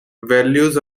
values